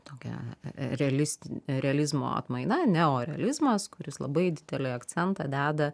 tokia realisti realizmo atmaina neorealizmas kuris labai didelį akcentą deda